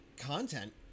content